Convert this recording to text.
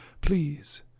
please